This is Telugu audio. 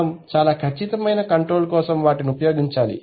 మనం చాలా ఖచ్చితమైన కంట్రోల్ కోసం వాటిని ఉపయోగించాలి